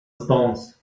stones